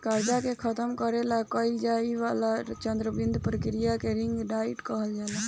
कर्जा के खतम करे ला कइल जाए वाला चरणबद्ध प्रक्रिया के रिंग डाइट कहल जाला